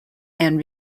and